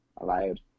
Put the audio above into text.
allowed